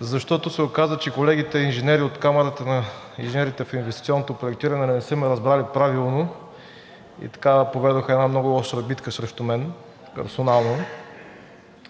защото се оказа, че колегите инженери от Камарата на инженерите в инвестиционното проектиране не са ме разбрали правилно и поведоха една много остра битка срещу мен персонално.